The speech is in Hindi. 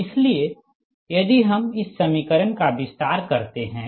इसलिए यदि हम इस समीकरण का विस्तार करते हैं